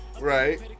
right